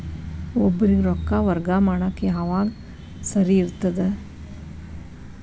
ಒಬ್ಬರಿಗ ರೊಕ್ಕ ವರ್ಗಾ ಮಾಡಾಕ್ ಯಾವಾಗ ಸರಿ ಇರ್ತದ್?